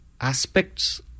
aspects